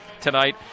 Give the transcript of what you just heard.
tonight